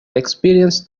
experience